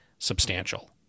substantial